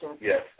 Yes